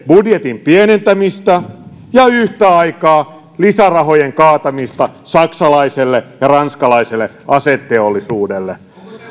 budjetin pienentämistä ja yhtä aikaa lisärahojen kaatamista saksalaiselle ja ranskalaiselle aseteollisuudelle